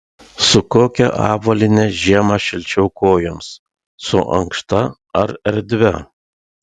su kokia avalyne žiemą šilčiau kojoms su ankšta ar erdvia